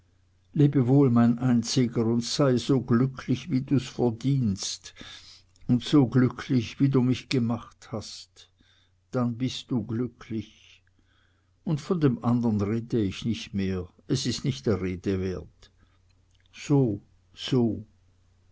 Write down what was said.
lebe wohl mein einziger und sei so glücklich wie du's verdienst und so glücklich wie du mich gemacht hast dann bist du glücklich und von dem andern rede nicht mehr es ist der rede nicht wert so so